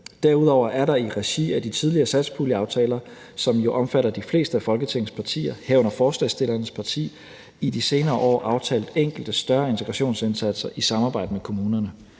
Derudover er der i regi af de tidligere satspuljeaftaler, som jo omfatter de fleste af Folketingets partier, herunder forslagsstillernes parti, i de senere år aftalt enkelte større integrationsindsatser i samarbejde med kommunerne.